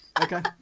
Okay